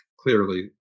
clearly